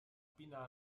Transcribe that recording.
pinna